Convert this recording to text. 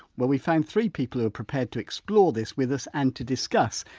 well we found three people who are prepared to explore this with us and to discuss,